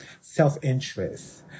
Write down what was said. self-interest